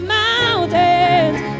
mountains